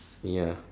ya